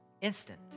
instant